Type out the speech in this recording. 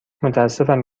متأسفم